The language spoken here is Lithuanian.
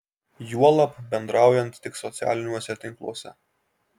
juolab bendraujant tik socialiniuose tinkluose